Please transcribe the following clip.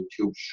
youtube